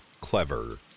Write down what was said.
clever